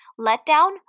letdown